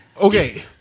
Okay